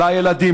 לילדים,